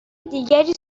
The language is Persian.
دیگری